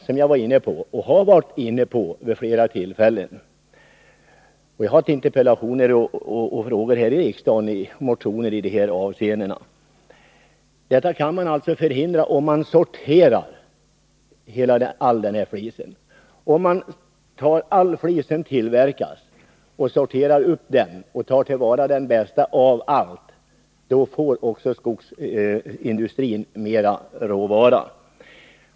Som jag har varit inne på vid flera tillfällen — vi har haft interpellationsoch frågedebatter och motioner här i riksdagen i dessa avseenden — kan man förhindra detta om man sorterar all flis. Om man tar all flis som tillverkas och sorterar denna så får också skogsindustrin mera råvara.